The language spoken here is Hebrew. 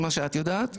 וממה שאת יודעת?